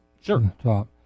Sure